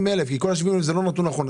אלף כי כל ה-70 אלף זה לא נתון נכון.